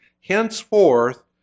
henceforth